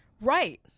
Right